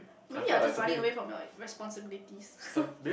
maybe you are just running away from your responsibilities